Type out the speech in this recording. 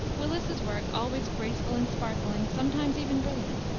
willis's work, always graceful and sparkling, sometimes even brilliant,